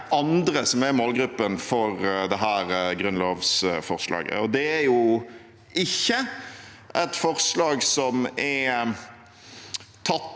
andre som er målgruppen for dette grunnlovsforslaget. Det er jo ikke et forslag som er tatt